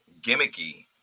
gimmicky